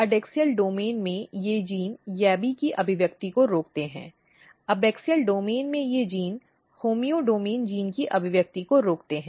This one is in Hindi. एडैक्सियल डोमेन में ये जीन YABBY की अभिव्यक्ति को रोकते हैं एबॅक्सियल डोमेन में ये जीन होम्योडायडाइन जीन की अभिव्यक्ति को रोकते हैं